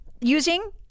using